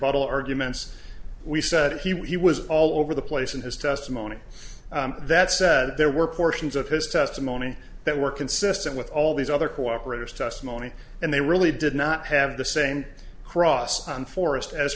al arguments we said he was all over the place in his testimony that said there were portions of his testimony that were consistent with all these other cooperators testimony and they really did not have the same cross on forest as